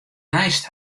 neist